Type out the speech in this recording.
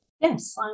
Yes